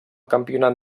campionat